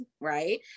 right